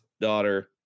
daughter